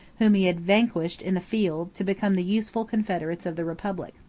whom he had vanquished in the field, to become the useful confederates of the republic.